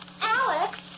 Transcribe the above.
Alex